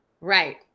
Right